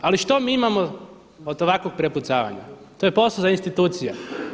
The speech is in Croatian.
Ali što mi imamo od ovakvog prepucavanja, to je posao za institucije.